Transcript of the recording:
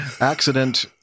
Accident